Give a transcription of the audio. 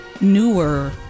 newer